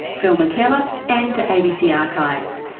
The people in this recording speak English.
phil mackellar and to abc archives.